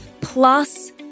plus